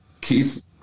Keith